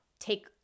take